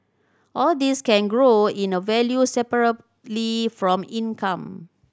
all these can grow in the value separately from income